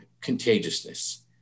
contagiousness